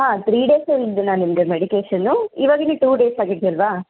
ಹಾಂ three days ಹೇಳಿದ್ದು ನಾನು ನಿಮಗೆ ಮೆಡಿಕೇಷನ್ನು ಇವಾಗ ಇನ್ನೂ ಟೂ ಡೇಸ್ ಆಗಿದೆಯಲ್ವಾ